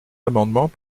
amendements